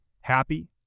Happy